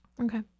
Okay